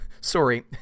Sorry